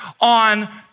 on